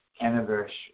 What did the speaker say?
anniversary